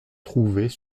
trouvées